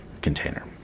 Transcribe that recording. container